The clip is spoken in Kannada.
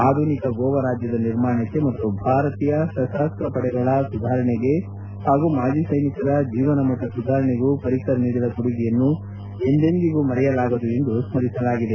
ಆಧುನಿಕ ಗೋವಾ ರಾಜ್ಯದ ನಿರ್ಮಾಣಕ್ಕೆ ಮತ್ತು ಭಾರತೀಯ ಸಶಸ್ತ ಪಡೆಗಳ ಸುಧಾರಣೆಗೆ ಹಾಗೂ ಮಾಜಿ ಸೈನಿಕರ ಜೀವನಮಟ್ಟ ಸುಧಾರಣೆಗೂ ಪ್ರಿಕರ್ ನೀಡಿದ ಕೊಡುಗೆಯನ್ನು ಎಂದೆಂದಿಗೂ ಮರೆಯಲಾಗದು ಎಂದು ಸರಿಸಲಾಗಿದೆ